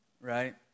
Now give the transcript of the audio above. right